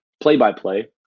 play-by-play